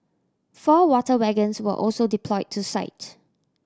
four water wagons were also deployed to site